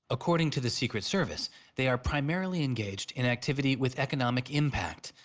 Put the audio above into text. according to the secret service they are primarily engaged in activities with economic impact,